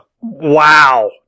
Wow